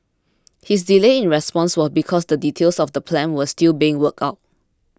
his delay in response was because details of the plan were still being worked out